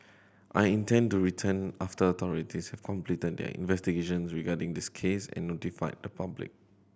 I intend to return after authorities have completed their investigations regarding this case and notified the public